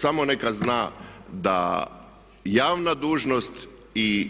Samo neka zna da javna dužnost, i